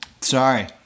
Sorry